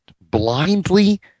blindly